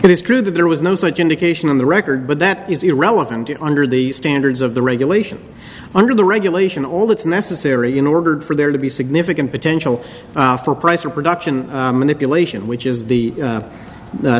it is true that there was no such indication on the record but that is irrelevant under the standards of the regulation under the regulation all that's necessary in order for there to be significant potential for price of production manipulation which is the